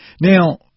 Now